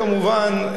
כמובן,